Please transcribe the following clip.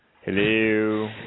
Hello